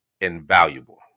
invaluable